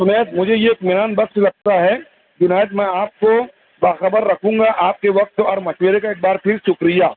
جنید مجھے یہ اطمینان بخش لگتا ہے جنید میں آپ کو باخبر رکھوں گا آپ کے وقت اور مشورے کا ایک بار پھر شکریہ